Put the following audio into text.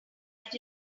just